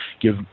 give